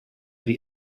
ydy